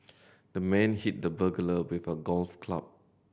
the man hit the burglar with a golf club